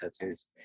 tattoos